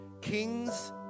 kings